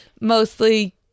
mostly